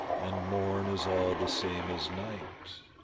and morn is all the same as night.